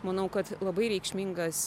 manau kad labai reikšmingas